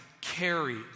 carry